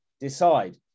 decide